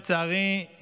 לצערי,